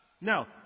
Now